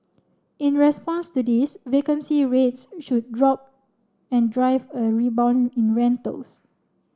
in response to this vacancy rates should drop and drive a rebound in rentals